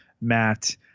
Matt